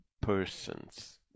persons